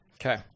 Okay